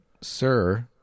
Sir